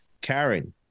Karen